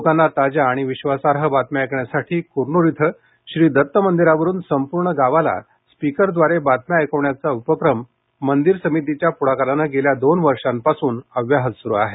लोकांना ताज्या आणि विश्वासार्ह बातम्या ऐकण्यासाठी कुरनूर इथं श्री दत्त मंदिरावरुन संपूर्ण गावाला स्पिकरद्वारे बातम्या ऐकवण्याचा उपक्रम मंदिर समितीच्या पुढाकारानं गेल्या दोन वर्षांपासून अव्याहत सुरु आहे